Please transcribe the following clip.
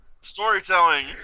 Storytelling